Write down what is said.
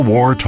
War